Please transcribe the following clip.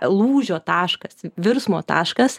lūžio taškas virsmo taškas